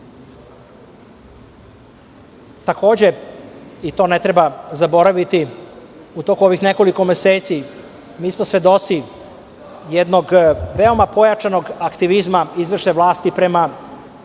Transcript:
i to ne treba zaboraviti, u toku ovih nekoliko meseci mi smo svedoci jednog veoma pojačanog aktivizma izvršne vlasti prema